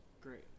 Great